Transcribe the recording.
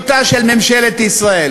זמן זה משאב יקר מאוד שלא ניתן להחזיר,